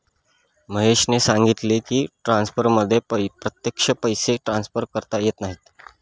महेशने सांगितले की, ट्रान्सफरमध्ये प्रत्यक्ष पैसे ट्रान्सफर करता येत नाहीत